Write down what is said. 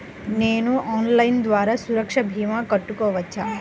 నేను ఆన్లైన్ ద్వారా సురక్ష భీమా కట్టుకోవచ్చా?